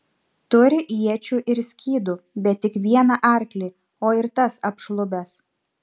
turi iečių ir skydų bet tik vieną arklį o ir tas apšlubęs